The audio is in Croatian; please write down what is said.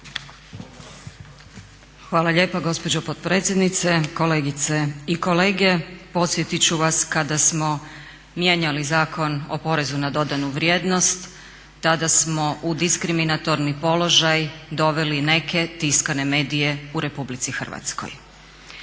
Hvala lijepa gospođo potpredsjednice, kolegice i kolege. Podsjetit ću vas kada smo mijenjali Zakon o porezu na dodanu vrijednost, tada smo u diskriminatorni položaj doveli i neke tiskane medije u RH. O tome